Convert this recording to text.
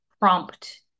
prompt